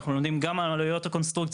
אנחנו לומדים גם על עלויות הקונסטרוקציה,